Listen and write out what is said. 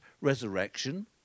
resurrection